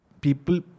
people